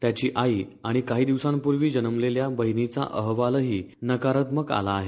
त्याची आई आणि काही दिवसांपूर्वी जन्मलेल्या बहिणीचा अहवालही नकारात्मक आला आहे